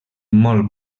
molt